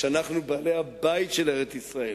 שאנחנו בעלי-הבית של ארץ-ישראל.